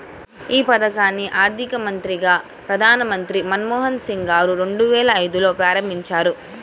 యీ పథకాన్ని అధికారికంగా ప్రధానమంత్రి మన్మోహన్ సింగ్ గారు రెండువేల ఐదులో ప్రారంభించారు